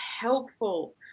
helpful